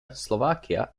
slovakia